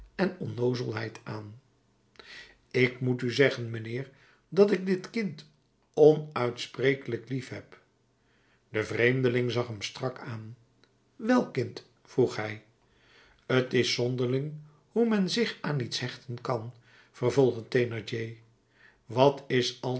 en onnoozelheid aan ik moet u zeggen mijnheer dat ik dit kind onuitsprekelijk liefheb de vreemdeling zag hem strak aan welk kind vroeg hij t is zonderling hoe men zich aan iets hechten kan vervolgde thénardier wat is